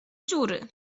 dziury